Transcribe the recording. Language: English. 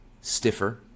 stiffer